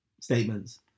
statements